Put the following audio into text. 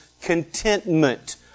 contentment